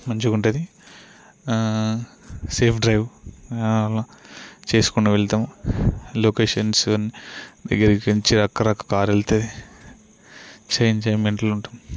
మంచిగుంటుంది safe drive చేసుకునే వెళ్తాము లొకేషన్స్ కార్ వెళ్తే మస్తు ఎంజాయ్మెంట్లో ఉంటుంది